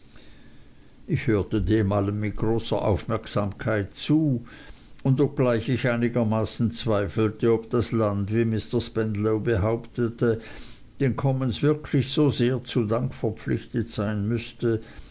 ich hörte dem allen mit großer aufmerksamkeit zu und obgleich ich einigermaßen zweifelte ob das land wie mr spenlow behauptete den commons wirklich so sehr zu dank verpflichtet sein müßte